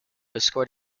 escort